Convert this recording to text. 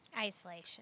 Isolation